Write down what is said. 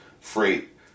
freight